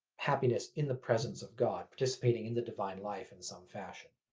happiness in the presence of god, participating in the divine life in some fashion.